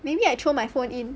maybe I throw my phone in